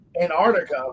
Antarctica